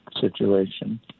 situation